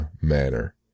manner